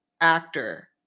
actor